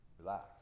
Relax